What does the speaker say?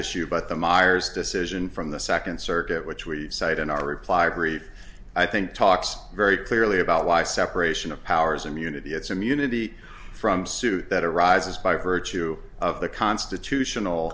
issue but the miers decision from the second circuit which we cited in our reply brief i think talks very clearly about why separation of powers immunity as immunity from suit that arises by virtue of the constitutional